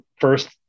first